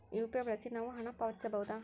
UPI ಬಳಸಿ ನಾವು ಹಣ ಪಾವತಿಸಬಹುದಾ?